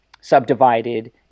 subdivided